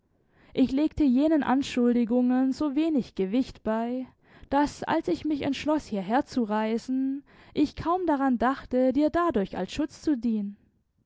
ich legte jenen anschuldigungen so wenig gewicht bei daß als ich mich entschloß hierher zu reisen ich kaum daran dachte dir dadurch als schutz zu dienen